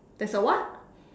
there's a what